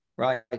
right